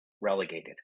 relegated